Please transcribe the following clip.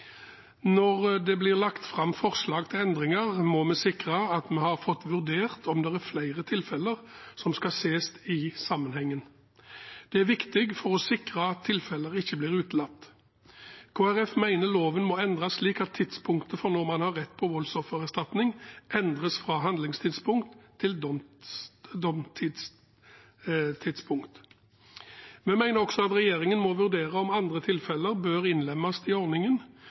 Når det blir lagt fram forslag til endringer, må vi sikre at vi har fått vurdert om det er flere tilfeller som skal ses i sammenheng. Det er viktig for å sikre at tilfeller ikke blir utelatt. Kristelig Folkeparti mener loven må endres slik at tidspunktet for når man har rett på voldsoffererstatning, endres fra handlingstidspunkt til domstidspunkt. Vi mener også at regjeringen må vurdere om andre tilfeller bør innlemmes i ordningen.